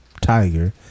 Tiger